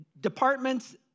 departments